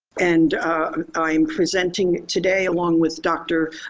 and i'm presenting today along with dr.